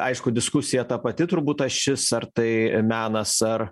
aišku diskusija ta pati turbūt ašis ar tai menas ar